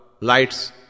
lights